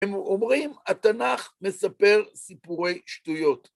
הם אומרים, התנ״ך מספר סיפורי שטויות.